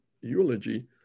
eulogy